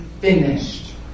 finished